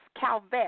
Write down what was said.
Calvet